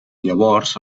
llavors